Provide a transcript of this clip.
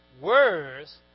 words